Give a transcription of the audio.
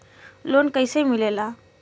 Loan कईसे मिलेला?